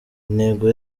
intego